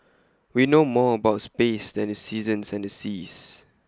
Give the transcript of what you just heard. we know more about space than the seasons and the seas